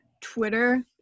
twitter